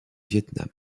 vietnam